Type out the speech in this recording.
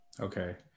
Okay